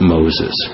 Moses